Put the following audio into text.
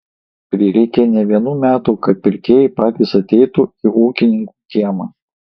prireikė ne vienų metų kad pirkėjai patys ateitų į ūkininkų kiemą